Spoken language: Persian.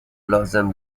لازم